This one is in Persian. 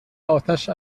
آتش